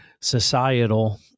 societal